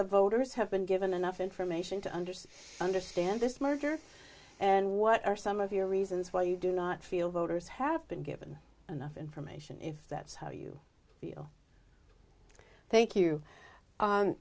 the voters have been given enough information to understand understand this merger and what are some of your reasons why you do not feel voters have been given enough information if that's how you feel thank you